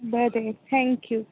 बरें थँक्यू